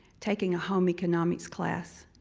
taking a home economics class,